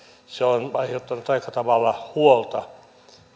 se on aiheuttanut aika tavalla huolta